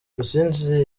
rusizi